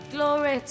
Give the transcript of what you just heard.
Glory